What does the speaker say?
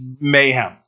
mayhem